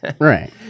Right